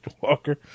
Walker